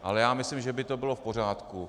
Ale myslím, že by to bylo v pořádku.